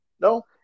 No